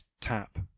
tap